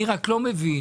אני רק לא מבין: